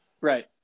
Right